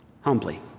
humbly